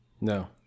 No